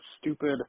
stupid